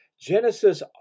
Genesis